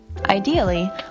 ideally